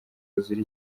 ruzira